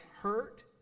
hurt